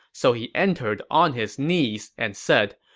so he entered on his knees and said,